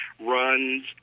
runs